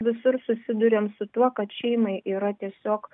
visur susiduriam su tuo kad šeimai yra tiesiog